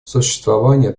сосуществование